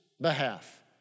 behalf